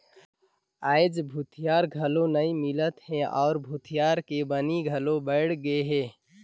आयज भूथिहार घलो नइ मिलत हे अउ भूथिहार के बनी घलो बड़ गेहे